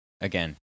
again